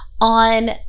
on